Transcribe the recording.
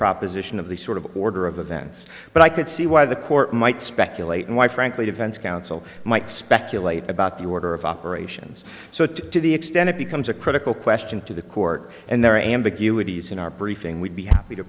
proposition of the sort of order of events but i could see why the court might speculate why frankly defense counsel might speculate about the order of operations so to the extent it becomes a critical question to the court and their ambiguities in our briefing we'd be happy to